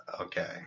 Okay